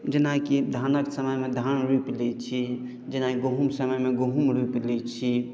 जेनाकि धानक समयमे धान रोपि लैत छी जेनाकि गहूँमक समयमे गहूँम रोपि लैत छी